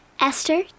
Esther